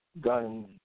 guns